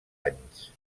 anys